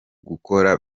gutora